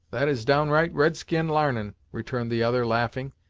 that is downright red-skin l'arnin' returned the other, laughing,